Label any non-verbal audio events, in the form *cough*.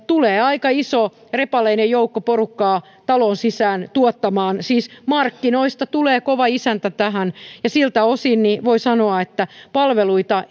tulee aika iso repaleinen joukko porukkaa taloon sisään tuottamaan siis markkinoista tulee kova isäntä tähän siltä osin voi sanoa että palveluita *unintelligible*